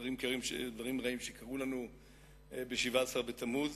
דברים רעים שקרו לנו בשבעה-עשר בתמוז.